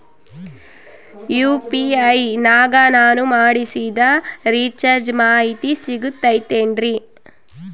UPI ನಾಗ ನಾನು ಮಾಡಿಸಿದ ರಿಚಾರ್ಜ್ ಮಾಹಿತಿ ಸಿಗುತೈತೇನ್ರಿ?